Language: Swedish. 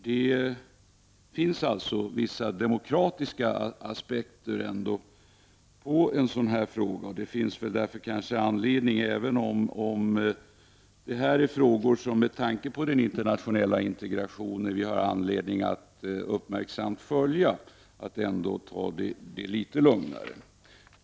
Det finns alltså vissa demokratiska aspekter på en sådan här fråga. Även om detta är frågor som vi med tanke på den internationella integrationen har anledning att uppmärksamt följa, finns det anledning att ta det litet lugnare.